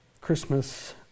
Christmas